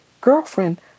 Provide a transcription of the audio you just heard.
girlfriend